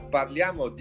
parliamo